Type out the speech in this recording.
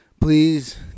Please